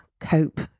cope